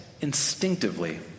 instinctively